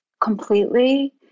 completely